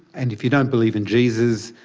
and if you don't believe in jesus,